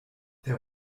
der